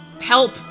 Help